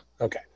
okay